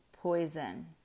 poison